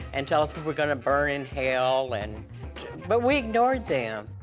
and tell us we were going to burn in hell, and but we ignored them.